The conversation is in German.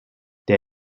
der